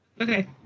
Okay